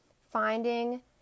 finding